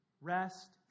rest